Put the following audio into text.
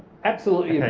absolutely you know